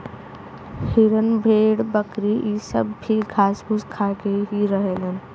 हिरन भेड़ बकरी इ सब भी घास फूस खा के ही रहलन